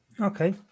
Okay